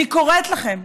אני קוראת לכם,